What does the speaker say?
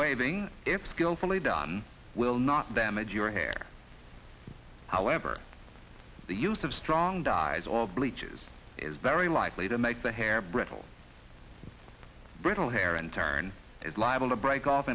waving if skillfully done will not damage your hair however the use of strong dyes all bleach is is very likely to the hair brittle brittle hair and turn is liable to break off